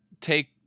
take